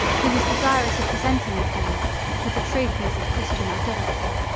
who was desirous of presenting the caliph with the trophies of christian idolatry.